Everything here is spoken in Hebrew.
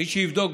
מי שיבדוק,